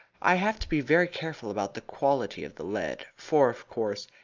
i have to be very careful about the quality of the lead, for, of course,